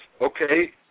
okay